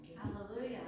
Hallelujah